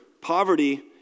Poverty